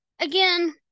again